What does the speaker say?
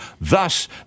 Thus